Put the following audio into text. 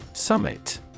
summit